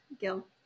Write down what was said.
Gil